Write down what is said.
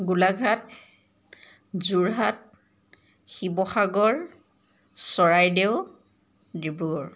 Golaghat Jorhat Sivasagar Charaideo Dibrugarh